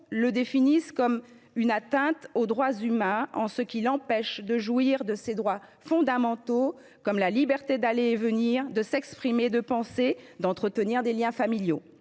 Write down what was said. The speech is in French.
le définissent comme « une atteinte aux droits humains en ce qu’il empêche […] de jouir de ses droits fondamentaux comme la liberté d’aller et venir, de s’exprimer, de penser, d’entretenir des liens familiaux